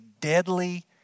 deadly